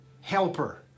helper